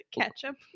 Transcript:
ketchup